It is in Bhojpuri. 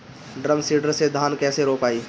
ड्रम सीडर से धान कैसे रोपाई?